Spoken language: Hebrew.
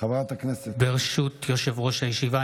ברשות יושב-ראש הישיבה,